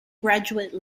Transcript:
graduate